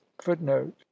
footnote